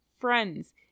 friends